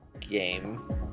game